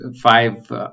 five